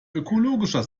ökologischer